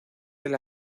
del